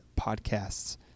podcasts